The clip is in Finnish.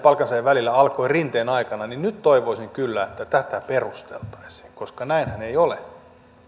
palkansaajan välillä alkoi rinteen aikana niin nyt toivoisin kyllä että tätä perusteltaisiin koska näinhän ei ole